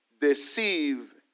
deceive